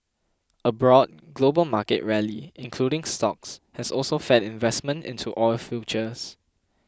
a broad global market rally including stocks has also fed investment into oil futures